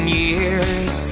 years